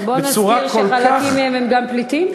בוא נזכיר שחלק מהם הם גם פליטים?